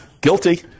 Guilty